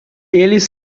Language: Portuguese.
eles